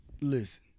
listen